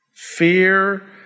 Fear